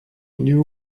knew